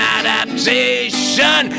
adaptation